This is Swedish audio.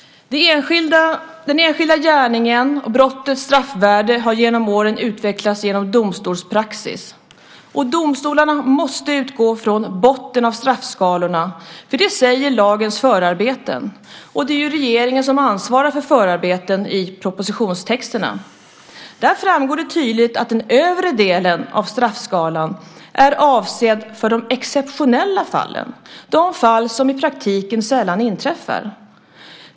Hur man ser på den enskilda gärningen och brottets straffvärde har genom åren utvecklats genom domstolspraxis. Domstolarna måste utgå från botten av straffskalorna. Det säger lagens förarbeten. Det är regeringen som ansvarar för förarbetena i propositionstexterna. Där framgår det tydligt att den övre delen av straffskalan är avsedd för de exceptionella fallen, de fall som i praktiken sällan inträffar.